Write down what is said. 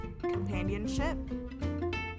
companionship